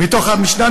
מתוך המשנה,